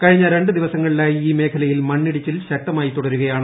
കഴിഞ്ഞ രണ്ടു ദിവസങ്ങളിലായി ഈ മേഖലയിൽ മണ്ണിടിച്ചിൽ ശക്തമായി തുടരുകയാണ്